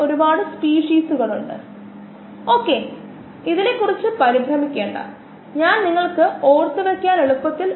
ഒരു വശത്ത് കോശങ്ങൽ വർദ്ധികുനറ്റിന്റെ നിരക്കും ഉൽപ്പന്ന രൂപീകരണ നിരക്കും നമുക്ക് പ്രധാന നിരക്കുകളാണ് ശരിയാണ് കോശങ്ങളുടെ വർദ്ധനവ് എങ്ങനെയാണ്